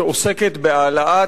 שעוסקת בהעלאת